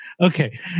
Okay